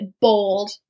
bold